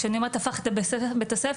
וכשאני אומרת 'הפך' את בית הספר,